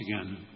again